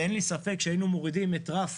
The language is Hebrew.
ואין לי ספק שהיינו מורידים את רף